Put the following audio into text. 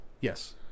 Yes